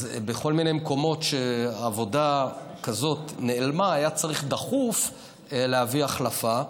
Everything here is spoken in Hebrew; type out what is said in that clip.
אז בכל מיני מקומות שעבודה כזאת נעלמה היה צריך דחוף להביא החלפה,